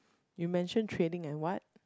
you mention trading and what